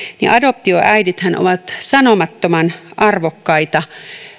niin adoptioäidithän ovat sanomattoman arvokkaita